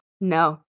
No